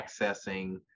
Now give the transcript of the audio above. accessing